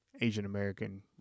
Asian-American